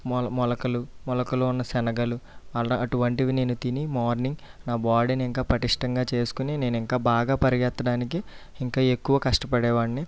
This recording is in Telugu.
మొల మొలకలు మొలకలు ఉన్న శనగలు అలా అటువంటివి నేను తిని మార్నింగ్ నా బాడీని ఇంకా పటిష్టంగా చేసుకుని నేను ఇంకా బాగా పరిగెత్తడానికి ఇంకా ఎక్కువ కష్టపడేవాడ్ని